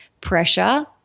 pressure